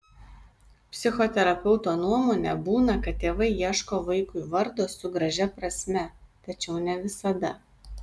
psichoterapeuto nuomone būna kad tėvai ieško vaikui vardo su gražia prasme tačiau ne visada